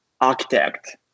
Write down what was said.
architect